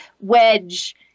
wedge